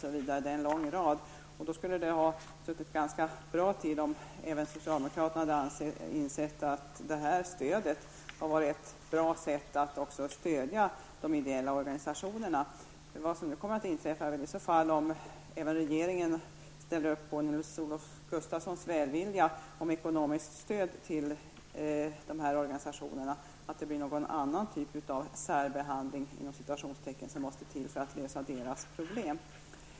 Det skulle ha suttit ganska bra om även socialdemokraterna hade insett att det här stödet hade varit ett bra sätt att bistå de ideella organisationerna. Vad som nu kommer att inträffa är väl i så fall att det -- om även regeringen ställer upp på Nils-Olof Gustafssons välvilja om ekonomiskt stöd till dessa organisationer -- måste till någon annan typ av särbehandling för att lösa deras problem.